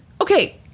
Okay